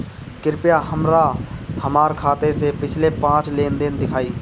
कृपया हमरा हमार खाते से पिछले पांच लेन देन दिखाइ